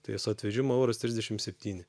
tai su atvežimu euras trisdešim septyni